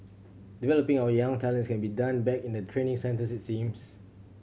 developing our young talents can be done back in the training centre it seems